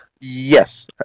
Yes